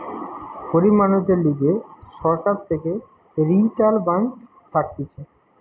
গরিব মানুষদের লিগে সরকার থেকে রিইটাল ব্যাঙ্ক থাকতিছে